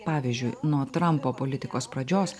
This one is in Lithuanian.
pavyzdžiui nuo trampo politikos pradžios